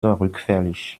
rückfällig